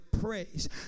praise